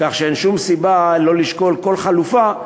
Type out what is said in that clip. כך שאין שום סיבה לא לשקול כל חלופה,